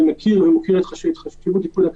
גני ילדים ושמורות טבע.